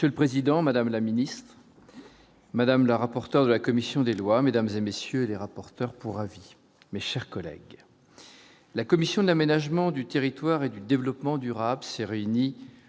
Monsieur le Président, Madame la ministre Madame la rapporteur de la commission des lois, mesdames et messieurs les rapporteurs pour avis mais, chers collègues, la commission de l'aménagement du territoire et du Développement Durable s'est réuni